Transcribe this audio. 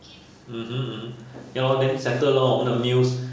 mmhmm mmhmm ya lor then settled lor 我们的 meals